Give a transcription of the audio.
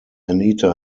anita